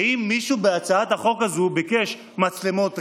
האם מישהו בהצעת החוק הזו ביקש מצלמות רנטגן?